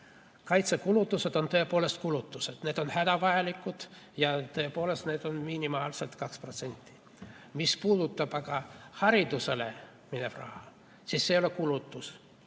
Kaitsekulutused on tõepoolest kulutused, need on hädavajalikud ja need peavad tõepoolest olema minimaalselt 2%. Mis puudutab aga haridusele minevat raha, siis see ei ole kulutus,